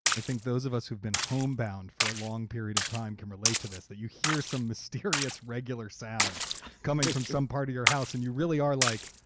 i think those of us who've been homebound for a long period of time can relate to this, that you hear some mysterious regular sound coming from some part of your house and you really are like,